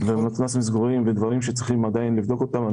ודברים בהם עדיין צריך לבדוק אותם.